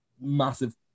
massive